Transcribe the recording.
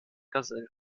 gazelle